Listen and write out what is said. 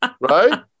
right